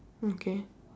okay